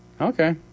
Okay